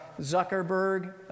Zuckerberg